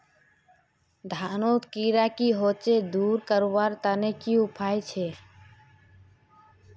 धानोत कीड़ा की होचे दूर करवार तने की उपाय छे?